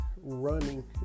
running